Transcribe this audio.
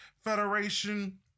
Federation